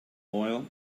oil